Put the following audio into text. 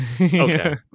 Okay